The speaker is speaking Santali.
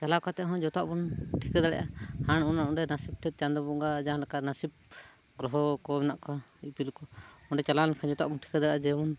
ᱪᱟᱞᱟᱣ ᱠᱟᱛᱮᱫ ᱦᱚᱸ ᱡᱚᱛᱚᱣᱟᱜ ᱵᱚᱱ ᱴᱷᱤᱠᱟᱹ ᱫᱟᱲᱮᱭᱟᱜᱼᱟ ᱟᱨ ᱚᱸᱰᱮ ᱴᱷᱮᱱ ᱪᱟᱸᱫᱳ ᱵᱚᱸᱜᱟ ᱡᱟᱦᱟᱸ ᱞᱮᱠᱟ ᱱᱟᱹᱥᱤᱵ ᱜᱨᱚᱦᱚ ᱠᱚ ᱢᱮᱱᱟᱜ ᱠᱚᱣᱟ ᱤᱯᱤᱞ ᱠᱚ ᱚᱸᱰᱮ ᱪᱟᱞᱟᱣ ᱞᱮᱱᱠᱷᱟᱱ ᱡᱚᱛᱚᱣᱟᱜ ᱵᱚᱱ ᱴᱷᱤᱠᱟᱹ ᱫᱟᱲᱮᱭᱟᱜᱼᱟ ᱡᱮ ᱵᱚᱱ